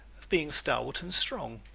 of being stalwart and strong.